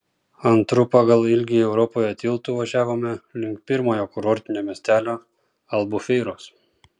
antru pagal ilgį europoje tiltu važiavome link pirmojo kurortinio miestelio albufeiros